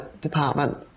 department